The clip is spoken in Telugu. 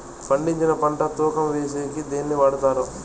పండించిన పంట తూకం వేసేకి దేన్ని వాడతారు?